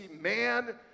man